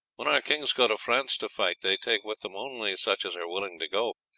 when our kings go to france to fight they take with them only such as are willing to go,